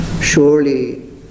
Surely